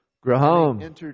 Graham